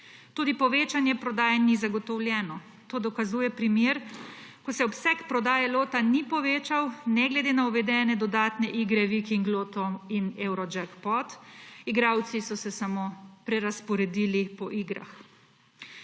Tudi povečanje prodaje ni zagotovljeno. To dokazuje primer, ko se obseg prodaje lota ni povečal ne glede na uvedene dodatne igre Vikinglotto in Eurojackpot, igralci so se samo prerazporedili po igrah.